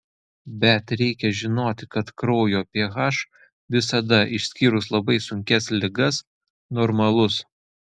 bet reikia žinoti kad kraujo ph visada išskyrus labai sunkias ligas normalus